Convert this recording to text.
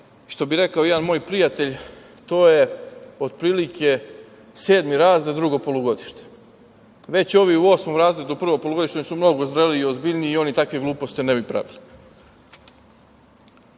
što bi rekao jedan moj prijatelj – to je otprilike sedmi razred, drugo polugodište. Već ovi u osmom razredu, prvo polugodište, oni su mnogo zreliji i ozbiljniji i oni takve gluposti ne bi pravili. Slična